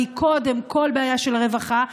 היא קודם כול בעיה של רווחה.